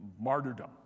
martyrdom